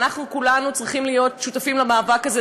אנחנו כולנו צריכים להיות שותפים למאבק הזה,